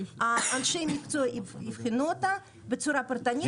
אנשי המקצוע יבחנו אותה בצורה פרטנית.